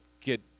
get